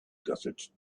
desert